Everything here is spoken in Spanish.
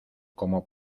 como